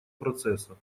процесса